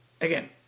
Again